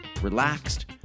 relaxed